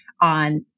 on